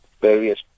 various